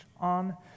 on